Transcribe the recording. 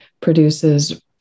produces